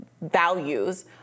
values